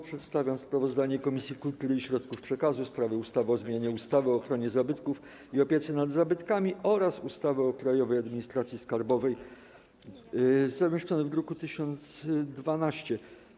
Przedstawiam sprawozdanie Komisji Kultury i Środków Przekazu w sprawie projektu ustawy o zmianie ustawy o ochronie zabytków i opiece nad zabytkami oraz ustawy o Krajowej Administracji Skarbowej, zamieszczonego w druku nr 1012.